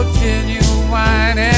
genuine